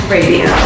Radio